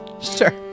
Sure